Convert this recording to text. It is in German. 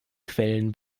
quellen